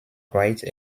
wright